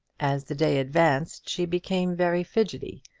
as the day advanced she became very fidgety,